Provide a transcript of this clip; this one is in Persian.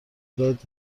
داد